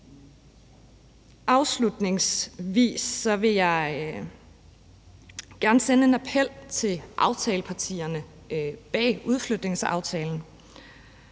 Afslutningsvis vil jeg gerne sende en appel til aftalepartierne bag udflytningsaftalen